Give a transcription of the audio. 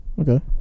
Okay